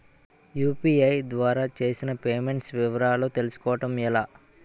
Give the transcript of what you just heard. UPI ద్వారా చేసిన payments వివరాలు తెలుసుకోవటం ఎలా?